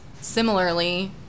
similarly